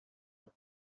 però